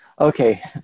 Okay